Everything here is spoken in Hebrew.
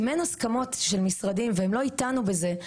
אם אין הסכמות של משרדים והם לא איתנו בזה,